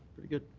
pretty good.